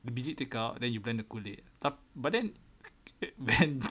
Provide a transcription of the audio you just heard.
the biji take out then you blend the kulit but but then